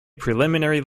preliminary